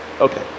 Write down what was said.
Okay